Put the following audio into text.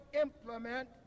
implement